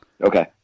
Okay